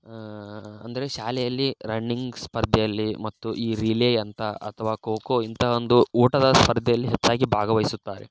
ಅಂದರೆ ಶಾಲೆಯಲ್ಲಿ ರಣ್ಣಿಂಗ್ ಸ್ಪರ್ಧೆಯಲ್ಲಿ ಮತ್ತು ಈ ರಿಲೇ ಅಂಥ ಅಥ್ವಾ ಖೋಖೋ ಇಂಥ ಒಂದು ಓಟದ ಸ್ಪರ್ಧೆಯಲ್ಲಿ ಹೆಚ್ಚಾಗಿ ಬಾಗವಹಿಸುತ್ತಾರೆ